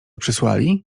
przysłali